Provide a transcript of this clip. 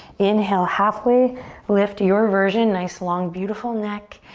inhale halfway lift, your version. nice, long, beautiful neck.